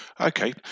Okay